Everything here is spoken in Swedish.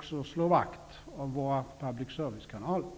skall slå vakt om våra public servicekanaler.